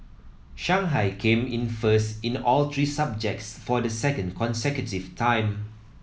Shanghai came in first in all three subjects for the second consecutive time